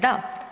Da.